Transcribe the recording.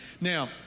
Now